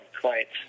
clients